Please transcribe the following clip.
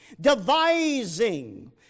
devising